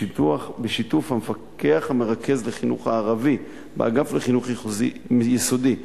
בשיתוף המפקח המרכז לחינוך הערבי באגף לחינוך יסודי,